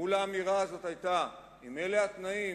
מול האמירה הזאת היתה: אם אלה התנאים,